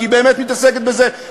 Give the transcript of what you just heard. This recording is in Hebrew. כי היא באמת מתעסקת בזה,